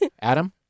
Adam